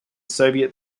soviet